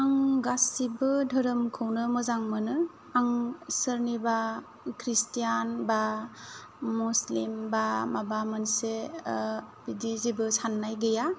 आं गासिबो धोरोमखौनो मोजां मोनो आं सोरनिबा ख्रिष्टान बा मुसलिम बा माबा मोनसे बिदि जेबो साननाय गैया